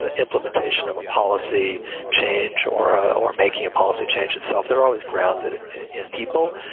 ah implementation of a policy change or ah or making a policy change itself, they're always grounded in people.